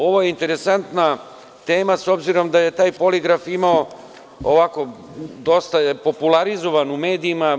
Ovo je interesantna tema s obzirom da je taj poligraf dosta popularizovan u medijima.